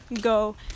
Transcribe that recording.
go